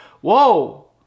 whoa